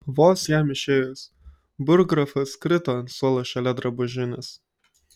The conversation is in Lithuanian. vos jam išėjus burggrafas krito ant suolo šalia drabužinės